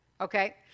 Okay